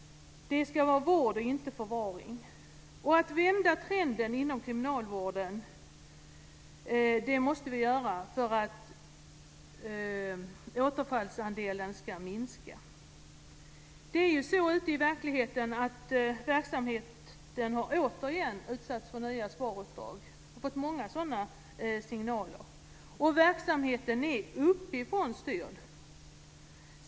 Det ska vara vård och inte förvaring. Vi måste vända trenden inom kriminalvården för att återfallsandelen ska minska. Ute i verkligheten har verksamheten återigen utsatts för nya sparuppdrag. Vi har fått många sådana signaler. Verksamheten är uppifrånstyrd.